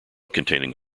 containing